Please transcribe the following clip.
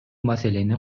маселени